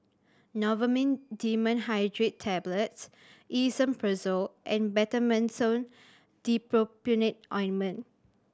Novomin Dimenhydrinate Tablets Esomeprazole and Betamethasone Dipropionate Ointment